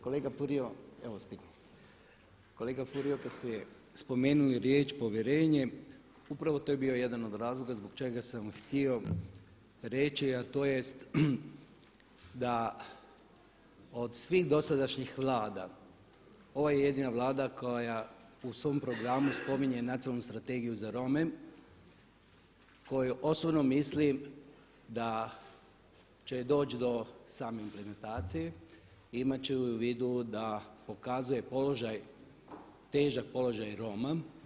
Kolega Furio kad ste spomenuli riječ povjerenje upravo to je bio jedan od razloga zbog čega sam htio reći, a tj. da od svih dosadašnjih Vlada ovo je jedina Vlada koja u svom programu spominje Nacionalnu strategiju za Rome, koju osobno mislim da će doći do same implementacije i imat će je u vidu da pokazuje položaj, težak položaj Roma.